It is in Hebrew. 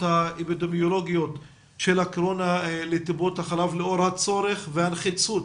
האפידמיולוגיות של הקורונה לטיפות החלב לאור הצורך והנחיצות